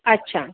अच्छा